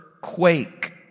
quake